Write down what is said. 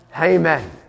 Amen